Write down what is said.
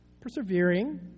persevering